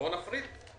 בוא נפריד.